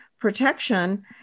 protection